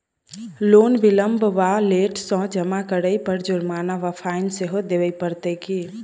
Loan विलंब वा late सँ जमा करै पर जुर्माना वा फाइन सेहो देबै पड़त की?